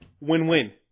Win-win